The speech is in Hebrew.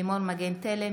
לימור מגן תלם,